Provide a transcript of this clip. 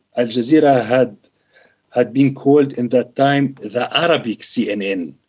al jazeera had ah been called in that time the arabic cnn.